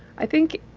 i think,